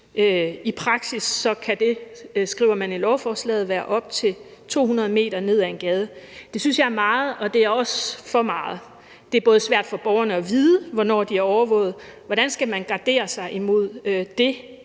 i lovforslaget, være op til 200 m ned ad en gade. Det synes jeg er meget, og det er også for meget. Det er svært for borgerne at vide, hvornår de er overvåget – hvordan skal man gardere sig imod det